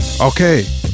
Okay